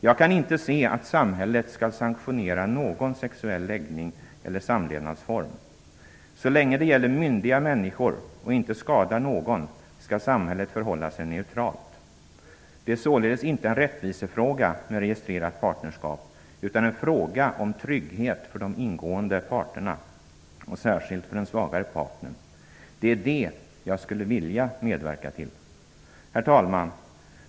Jag kan inte se att samhället skall sanktionera någon sexuell läggning eller samlevnadsform. Så länge det gäller myndiga människor och inte skadar någon skall samhället förhålla sig neutralt. Det är således inte en rättvisefråga med registrerat partnerskap utan en fråga om trygghet för de ingående parterna, och särskilt för den svagare partern. Det är det jag skulle vilja medverka till. Herr talman!